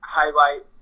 highlight